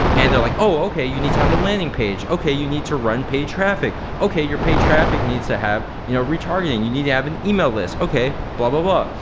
and they're like, oh okay you need to have a landing page, okay you need to run paid traffic, okay your paid traffic needs to have you know retargeting, you need to have an email list, okay blah blah blah.